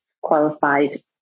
qualified